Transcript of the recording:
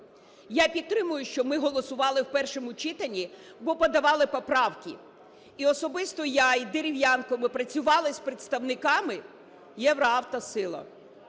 Я підтримую, що ми голосували у першому читання, бо подавали поправки, і особисто я й Дерев'янко, ми працювали з представниками "Євро Авто Сила",